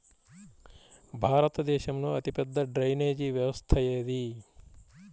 భారతదేశంలో అతిపెద్ద డ్రైనేజీ వ్యవస్థ ఏది?